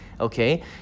okay